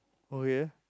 okay